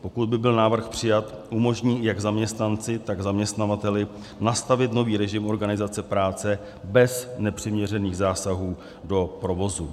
Pokud by byl návrh přijat, umožní jak zaměstnanci, tak zaměstnavateli nastavit nový režim organizace práce bez nepřiměřených zásahů do provozu.